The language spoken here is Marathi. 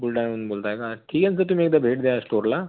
बुलढाण्याहून बोलताय का ठीक आहे सर तुम्ही एकदा भेट द्या स्टोरला